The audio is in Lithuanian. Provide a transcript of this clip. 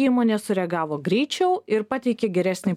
įmonė sureagavo greičiau ir pateikė geresnį